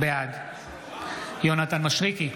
בעד יונתן מישרקי,